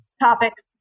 Topics